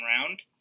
round